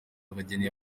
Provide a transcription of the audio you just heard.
abageni